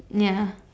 ya